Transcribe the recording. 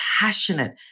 passionate